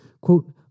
Quote